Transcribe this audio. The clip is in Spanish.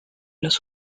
los